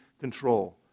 control